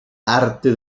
arte